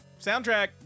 Soundtrack